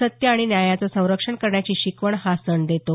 सत्य आणि न्यायाचं संरक्षण करण्याची शिकवण हा सण देतो